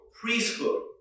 priesthood